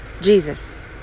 Jesus